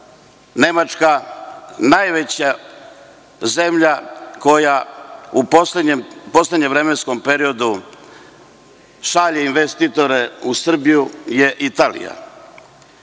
Nemačka. Najveća zemlja koja u poslednjem vremenskom periodu šalje investitore u Srbiju je Italija.